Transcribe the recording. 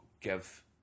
give